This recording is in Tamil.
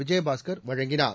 விஜயபாஸ்கர் வழங்கினார்